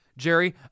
Jerry